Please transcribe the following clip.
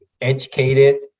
educated